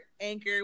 Anchor